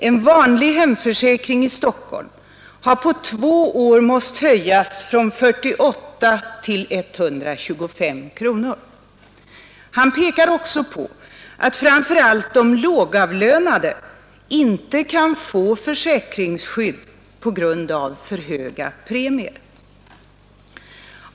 Premien för en hemförsäkring i Stockholm har på två år måst höjas från 48 till 125 kronor. Han pekar också på att framför allt de lågavlönade inte kan få försäkringsskydd på grund av för höga premier.